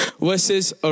versus